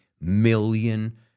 million